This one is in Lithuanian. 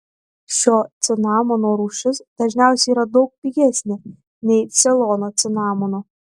šio cinamono rūšis dažniausiai yra daug pigesnė nei ceilono cinamono